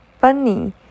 bunny